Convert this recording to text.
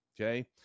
Okay